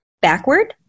backward